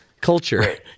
culture